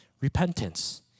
repentance